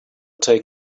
take